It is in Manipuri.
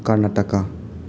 ꯀꯔꯅꯥꯇꯀꯥ